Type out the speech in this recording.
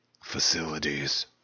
facilities